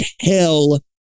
hell